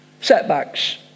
Setbacks